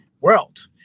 world